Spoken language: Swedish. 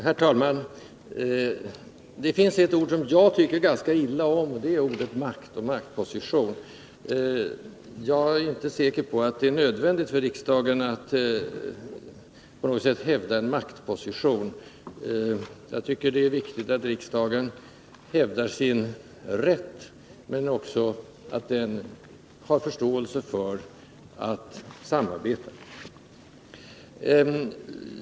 Herr talman! Det finns två ord som jag tycker ganska illa om. Det är orden makt och maktposition. Jag är inte säker på att det är nödvändigt för riksdagen att på något sätt hävda sin maktposition. Jag tycker däremot att det är viktigt att riksdagen hävdar sin rätt, men också att den har förståelse för samarbete.